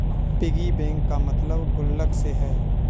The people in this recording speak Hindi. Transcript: पिगी बैंक का मतलब गुल्लक से है